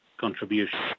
contribution